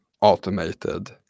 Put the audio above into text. automated